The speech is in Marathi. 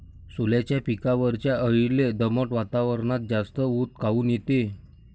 सोल्याच्या पिकावरच्या अळीले दमट वातावरनात जास्त ऊत काऊन येते?